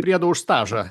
priedo už stažą